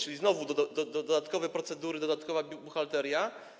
Zatem znowu dodatkowe procedury, dodatkowa buchalteria.